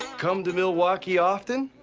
come to milwaukee often?